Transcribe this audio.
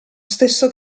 stesso